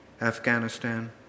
Afghanistan